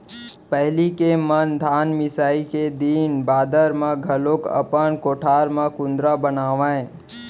पहिली के मन धान मिसाई के दिन बादर म घलौक अपन कोठार म कुंदरा बनावयँ